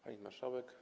Pani Marszałek!